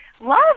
love